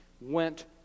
went